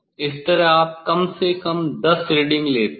इस तरह आप कम से कम 10 रीडिंग लेते हैं